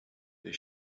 the